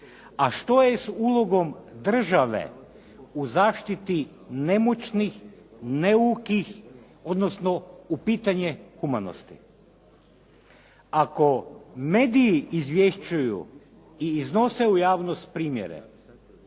a što je sa ulogom države u zaštiti nemoćnih, neukih, odnosno u pitanje humanosti. Ako mediji izvješćuju i iznose u javnost primjere